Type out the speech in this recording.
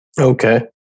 Okay